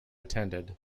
attended